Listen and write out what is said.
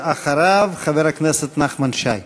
אחריו, חבר הכנסת נחמן שי.